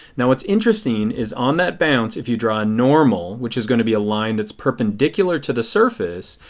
now what is interesting is on that bounce, if you draw normal, which is going to be a line that is perpendicular to the surface,